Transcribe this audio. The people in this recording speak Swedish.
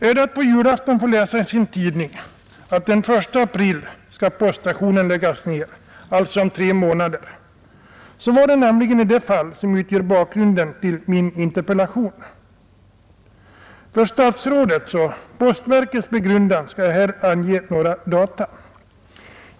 Är det att på julafton få läsa i sin tidning att poststationen skall läggas ned den 1 april, alltså om tre månader. Så var det nämligen i det fall som utgör bakgrunden till min interpellation. För statsrådets och postverkets begrundan skall jag här ange några data.